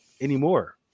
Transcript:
anymore